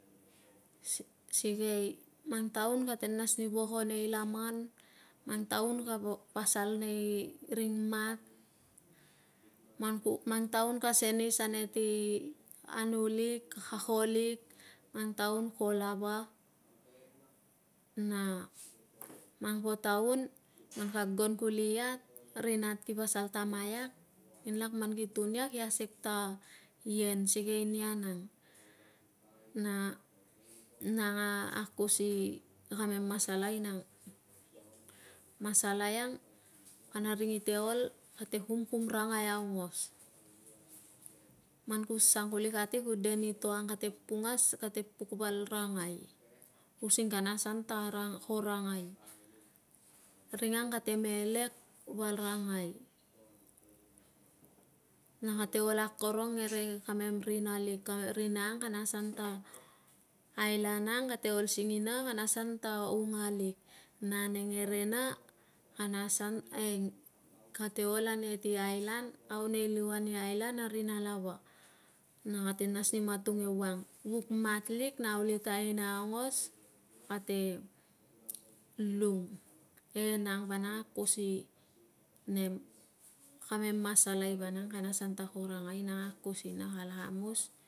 Sikei mang taun kate nas ni voko nei laman, mang taun ka vo pasal nei ring mat, man ku, mang taun ka, senis ane ti anu lik, ka ko lik, mang taun ko lava, na mang po taun man ka gon kuli iat, ri nat ki pasal ta maiak nginlak man ki tun ia ki asek ta sien sikei nia nang. Na, nang a akus i kamem masalai nang. Masalai ang kana ring ite ol kate kumkum rangai aungos. Man ku sang kuli kati ku de ni to ang kate pungas kate puk val rangai using kana asan ta korangai. Ring ang kate melek val rangai na kate ol akorong ngere kamem rinalik, a rina ang kana asan ta, island ang kate ol singina kana asan ta ungalik na ane ngerena kana asan eing, kate ol ane ti island, au nei liuan i island a rinalava na kate nas ni matung ewang. Vuk matlik na aulitaina aungos kate lung. E nang vang a akus i nem, kamem masalai vanang kana asan ta korangai. Nang a akus ina kala kamus.